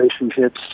relationships